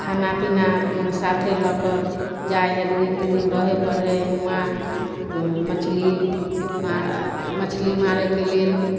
खाना पीना अपन साथे लऽ कऽ जाइ हइ दू दिन तीन दिन रहे परै हइ हुवाँ मछली मछली मारैके लेल